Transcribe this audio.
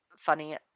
funny